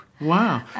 Wow